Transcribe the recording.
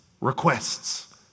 requests